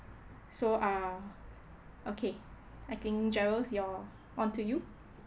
so err okay I think jerald your on to you